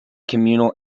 communal